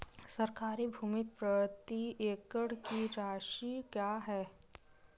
सरकारी भूमि प्रति एकड़ की राशि क्या है?